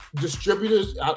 distributors